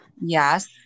Yes